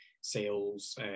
sales